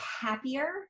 happier